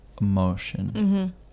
emotion